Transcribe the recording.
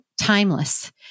timeless